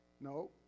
No